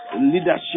leadership